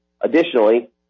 Additionally